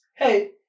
Hey